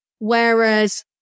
Whereas